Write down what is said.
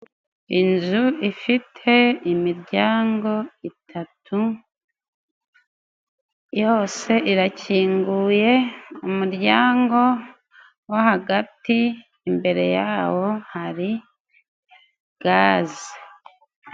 Inzu ifite imiryango itatu yose irakinguye umuryango wo hagati imbere yawo hari gaze.